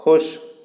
खुश